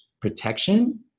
protection